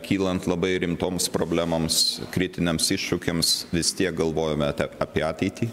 kylant labai rimtoms problemoms kritiniams iššūkiams vis tiek galvojome apie ateitį